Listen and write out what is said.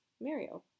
Mario